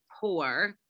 poor